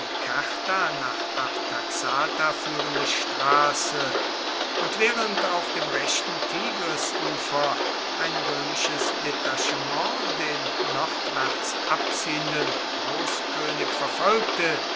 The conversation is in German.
nach artaxata führende straße und während auf dem rechten tigrisufer ein römisches detachement den nordwärts abziehenden großkönig verfolgte